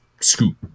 scoop